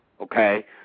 okay